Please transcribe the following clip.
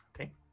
Okay